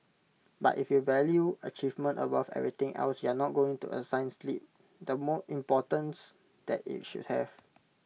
but if you value achievement above everything else you're not going to assign sleep the importance that IT should have